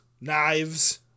Knives